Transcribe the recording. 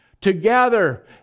together